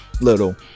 little